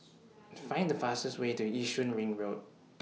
Find The fastest Way to Yishun Ring Road